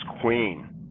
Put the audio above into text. queen